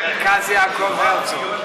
מרכז יעקב הרצוג.